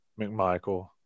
mcmichael